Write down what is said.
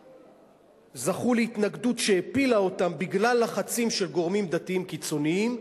זכו להתנגדות שהפילה אותם בגלל לחצים של גורמים דתיים קיצוניים,